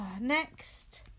Next